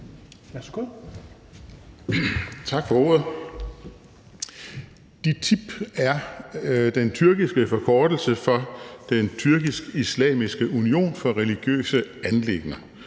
Tak for ordet. DİTİB er den tyrkiske forkortelse for den tyrkisk-islamiske union for religiøse anliggender,